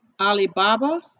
Alibaba